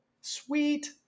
Sweet